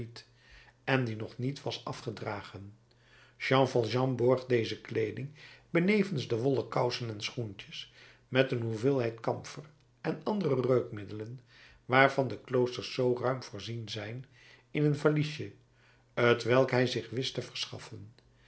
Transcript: en die nog niet was afgedragen jean valjean borg deze kleeding benevens de wollen kousen en schoentjes met een hoeveelheid kamfer en andere reukmiddelen waarvan de kloosters zoo ruim voorzien zijn in een valiesje t welk hij zich wist te verschaffen